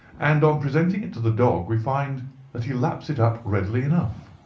and on presenting it to the dog we find that he laps it up readily enough.